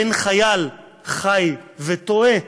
בין חייל חי וטועה